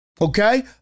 Okay